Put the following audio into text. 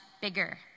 bigger